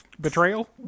betrayal